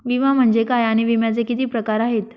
विमा म्हणजे काय आणि विम्याचे किती प्रकार आहेत?